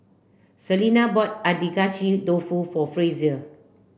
Selena bought Agedashi Dofu for Frazier